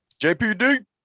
JPD